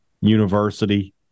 university